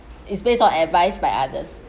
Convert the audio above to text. is based on advice by others